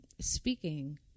speaking